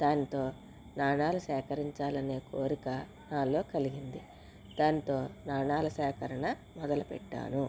దాంతో నాణాలు సేకరించాలని కోరిక నాలో కలిగింది దాంతో నాణాల సేకరణ మొదలు పెట్టాను